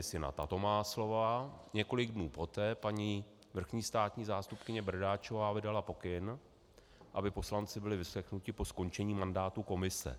V reakci, nevím, jestli na tato má slova, několik dnů poté paní vrchní státní zástupkyně Bradáčová vydala pokyn, aby poslanci byli vyslechnuti po skončení mandátu komise.